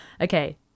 Okay